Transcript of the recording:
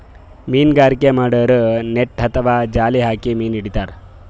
ಮೀನ್ಗಾರಿಕೆ ಮಾಡೋರು ನೆಟ್ಟ್ ಅಥವಾ ಜಾಲ್ ಹಾಕಿ ಮೀನ್ ಹಿಡಿತಾರ್